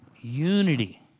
unity